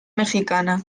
mexicana